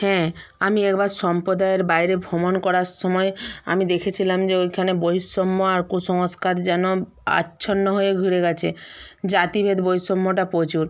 হ্যাঁ আমি একবার সম্প্রদায়ের বাইরে ভ্রমণ করার সময় আমি দেখেছিলাম যে ওইখানে বৈষম্য আর কুসংস্কার যেন আচ্ছন্ন হয়ে ঘিরে গেছে জাতিভেদ বৈষম্যটা প্রচুর